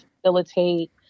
facilitate